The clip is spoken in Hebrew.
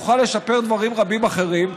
נוכל לשפר דברים רבים אחרים.